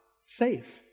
safe